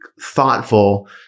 thoughtful